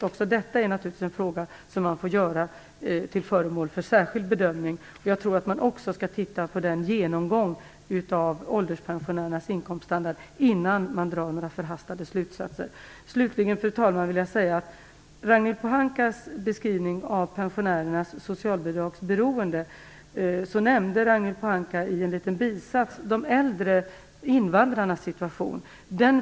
Också detta är naturligtvis en fråga som bör bli föremål för särskild bedömning. Jag tror att man också bör titta på genomgången av ålderspensionärernas inkomststandard innan man drar några förhastade slutsatser. Fru talman! När Ragnhild Pohanka beskrev pensionärernas socialbidragsberoende nämnde hon i en liten bisats de äldre invandrarnas situation.